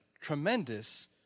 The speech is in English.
tremendous